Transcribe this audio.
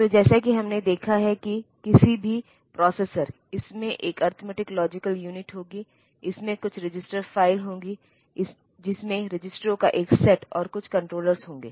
तो जैसा कि हमने देखा है कि किसी भी प्रोसेसर इसमें एक अरिथमेटिक लॉजिकल यूनिट होगी इसमें कुछ रजिस्टर फ़ाइल होंगी जिसमें रजिस्टरों का एक सेट और कुछ कंट्रोलर्स होंगे